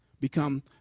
become